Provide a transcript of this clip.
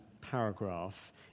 paragraph